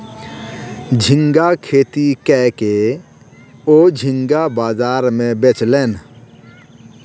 झींगा खेती कय के ओ झींगा बाजार में बेचलैन